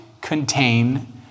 contain